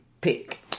pick